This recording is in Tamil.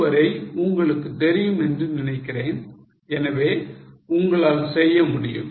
இதுவரை உங்களுக்கு தெரியும் என்று நினைக்கிறேன் எனவே உங்களால் செய்ய முடியும்